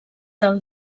del